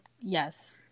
Yes